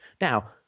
now